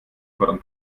fordern